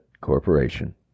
corporation